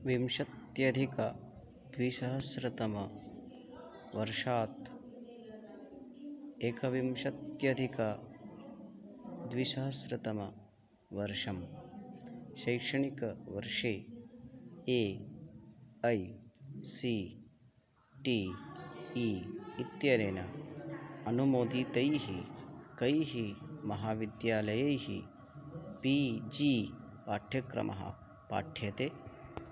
विंशत्यधिक द्विसहस्रतमवर्षात् एकविंशत्यधिक द्विशहस्रतमवर्षं शैक्षणिकवर्षे A I C T E इत्यनेन अनुमोदितैः कैः महाविद्यालयैः पी जी पाठ्यक्रमः पाठ्यते